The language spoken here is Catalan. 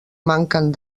manquen